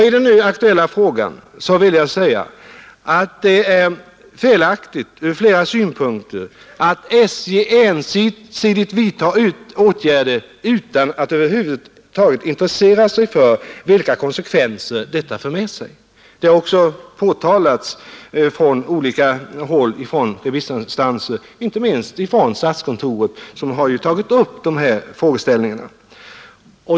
I den nu aktuella frågan vill jag säga att det är felaktigt från flera synpunkter att SJ ensidigt vidtar åtgärder utan att över huvud taget intressera sig för vilka konsekvenser dessa för med sig. Det har också påtalats från olika remissinstanser, inte minst från statskontoret, som har tagit upp dessa frågeställningar.